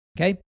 Okay